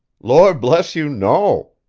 lord bless you, no!